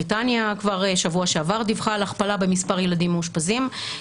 בריטניה כבר שבוע שעבר דיווחה על הכפלה במספר הילדים המאושפזים,